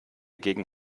gegen